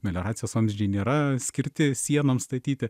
melioracijos vamzdžiai nėra skirti sienoms statyti